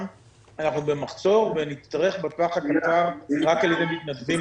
אנחנו במחסור ונצטרך בטווח הקצר לפתור את הבעיה רק על ידי מתנדבים.